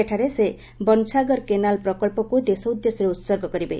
ସେଠାରେ ସେ ବନସାଗର କେନାଲ୍ ପ୍ରକଳ୍ପକ୍ସ ଦେଶ ଉଦ୍ଦେଶ୍ୟରେ ଉର୍ହଗ କରିବେ